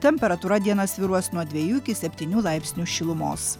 temperatūra dieną svyruos nuo dvejų iki septynių laipsnių šilumos